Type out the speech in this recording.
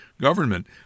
government